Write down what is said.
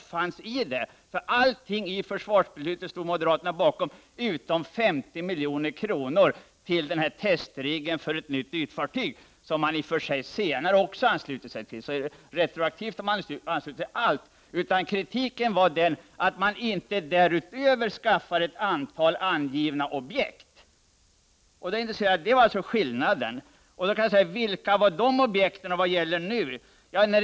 Moderaterna stod nämligen bakom allt i försvarsbeslutet utom 50 milj.kr. till testriggen för ett nytt ytfartyg. Men denna del i beslutet anslöt sig moderaterna till senare. Det innebär alltså att moderaterna har anslutit sig till allt i detta beslut. Kritiken gällde alltså att det därutöver inte skulle skaffas ett antal angivna objekt. Det var alltså skillnaden. Då kan man fråga vilka objekt det var fråga om och vad som nu gäller.